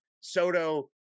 Soto